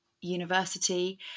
university